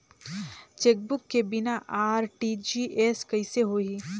Chequebook के बिना RTGS कइसे होही?